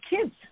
kids